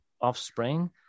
offspring